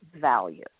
value